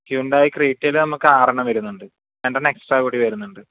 ആ ഹ്യുണ്ടായ് ക്രെറ്റയില് നമുക്ക് ആറ് എണ്ണം വരുന്നുണ്ട് രണ്ടെണ്ണം എക്സ്ട്രാ കൂടി വരുന്നുണ്ട്